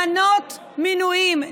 למנות מינויים.